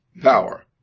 power